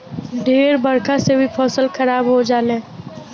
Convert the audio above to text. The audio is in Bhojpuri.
ढेर बरखा से भी फसल खराब हो जाले